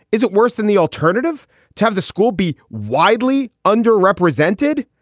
is it worse than the alternative to have the school be widely underrepresented?